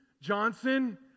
Johnson